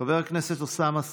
חבר הכנסת אוסאמה סעדי,